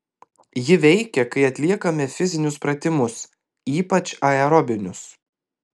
ji veikia kai atliekame fizinius pratimus ypač aerobinius